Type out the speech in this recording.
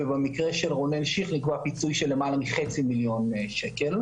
ובמקרה של רונן שיך נקבע פיצוי של למעלה מחצי מיליון שקל.